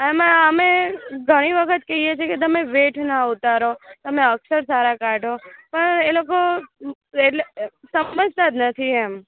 એમાં અમે ઘણી વખત કહીએ છે કે તમે વેઠ ન ઉતારો તમે અક્ષર સારા કાઢો પણ એ લોકો એટલે સમજતાં જ નથી એમ